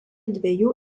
dviejų